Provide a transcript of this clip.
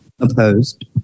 opposed